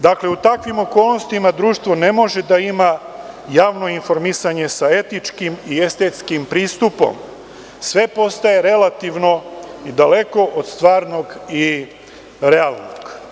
Dakle, u takvim okolnostima društvo ne može da ima javno informisanje sa etičkim i estetskim pristupom, sve postaje relativno i daleko od stvarnog i realnog.